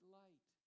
light